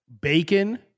bacon